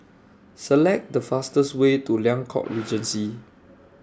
Select The fastest Way to Liang Court Regency